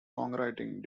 songwriting